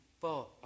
four